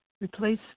Replace